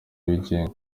wigenga